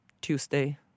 Tuesday